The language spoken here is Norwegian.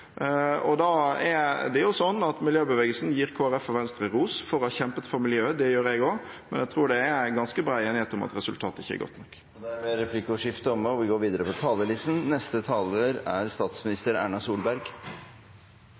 uke, da partiene satte hardt mot hardt og var klar for å forlange en avtale som ville få utslippene betydelig ned. Men jeg kan ikke se at denne avtalen vil bidra til det. Miljøbevegelsen gir Kristelig Folkeparti og Venstre ros for å ha kjempet for miljøet. Det gjør jeg også, men jeg tror det er ganske bred enighet om at resultatet ikke er godt nok.